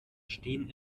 stehen